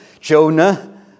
jonah